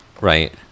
right